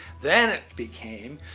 then it became.